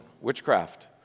witchcraft